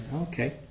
okay